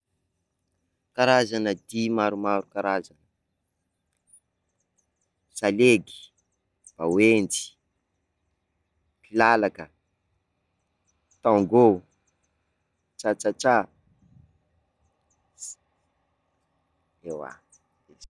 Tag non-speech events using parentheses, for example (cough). Karazana dihy maromaro karazana: salegy, bawenjy, kilalaka, tango, tchatchatcha, (hesitation) eoa.